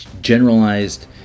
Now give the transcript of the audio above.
generalized